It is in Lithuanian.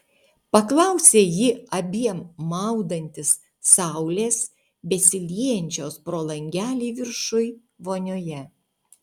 paklausė ji abiem maudantis saulės besiliejančios pro langelį viršuj vonioje